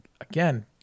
again